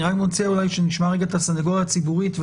אני רוצה שנשמע את הסניגוריה הציבורית.